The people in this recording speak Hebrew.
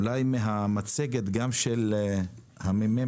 גם מן המצגת של מרכז המחקר והמידע של הכנסת,